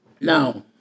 Now